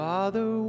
Father